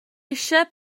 eisiau